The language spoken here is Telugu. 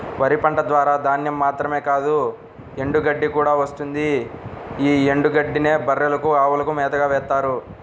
వరి పంట ద్వారా ధాన్యం మాత్రమే కాదు ఎండుగడ్డి కూడా వస్తుంది యీ ఎండుగడ్డినే బర్రెలకు, అవులకు మేతగా వేత్తారు